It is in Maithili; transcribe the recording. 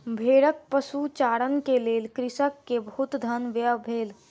भेड़क पशुचारण के लेल कृषक के बहुत धन व्यय भेल